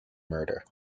murder